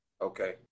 Okay